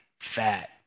fat